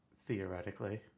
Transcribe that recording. Theoretically